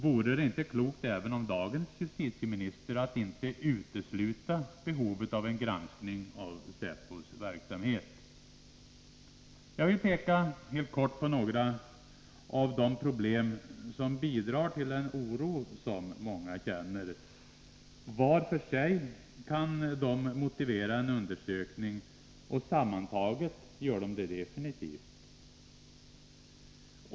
Vore det inte klokt även av dagens justitieminister att inte utesluta behovet av en granskning av säpos verksamhet? Jag vill helt kort peka på några av de problem som bidrar till den oro som många känner. Var för sig kan de motivera en undersökning, och sammantaget gör de det definitivt.